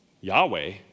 Yahweh